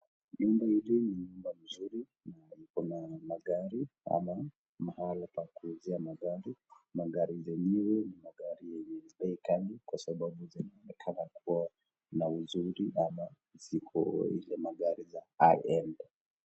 Nyumba hii ni nyumba nzuri na iko na magari ama mahala pa kuuzia magari. Magari zenyewe ni magari yenye bei ghali kwa sababu zinaonekana kuwa na ziko nzuri ama zile magari ziko high end .